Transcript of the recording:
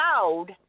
old